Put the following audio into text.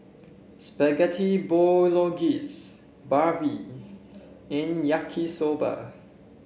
Spaghetti Bolognese Barfi and Yaki Soba